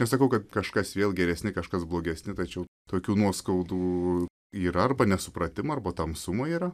nesakau kad kažkas vėl geresni kažkas blogesni tačiau tokių nuoskaudų yra arba nesupratimo arba tamsumo yra